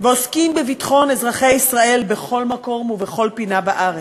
ועוסקים בביטחון אזרחי ישראל בכל מקום ובכל פינה בארץ.